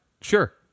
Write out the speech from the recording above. Sure